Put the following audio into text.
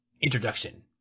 introduction